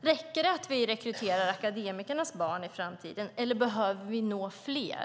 Räcker det att vi rekryterar akademikernas barn i framtiden, eller behöver vi nå fler?